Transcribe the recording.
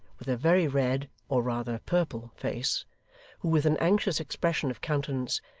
with a very red, or rather purple face, who with an anxious expression of countenance,